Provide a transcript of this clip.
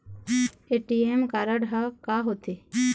ATM card हा का होते?